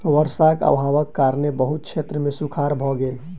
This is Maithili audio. वर्षा अभावक कारणेँ बहुत क्षेत्र मे सूखाड़ भ गेल